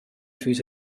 füss